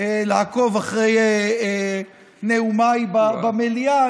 לעקוב אחרי נאומיי במליאה.